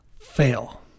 fail